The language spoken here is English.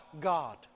God